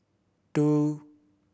two